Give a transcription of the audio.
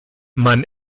man